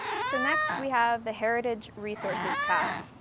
so next we have the heritage resources tab.